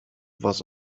was